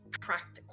practical